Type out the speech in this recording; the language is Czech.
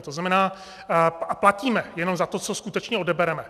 To znamená... a platíme jenom za to, co skutečně odebereme.